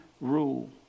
rule